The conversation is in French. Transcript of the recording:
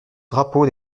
drapeau